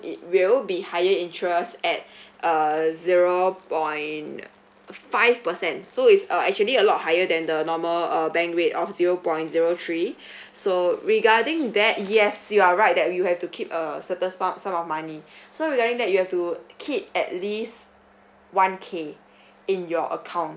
it will be higher interest at err zero point five percent so is uh actually a lot higher than the normal uh bank rate of zero point zero three so regarding that yes you're right that you have to keep uh certain some some of money so regarding that you have to keep at least one K in your account